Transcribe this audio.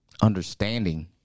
understanding